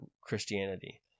christianity